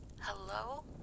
hello